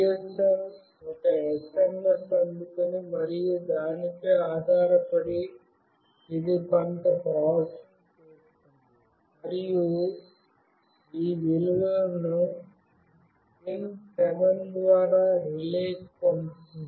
GSM ఒక SMS అందుకొని మరియు దానిపై ఆధారపడి ఇది కొంత ప్రాసెసింగ్ చేస్తుంది మరియు ఈ విలువను పిన్ 7 ద్వారా రిలేకు పంపుతుంది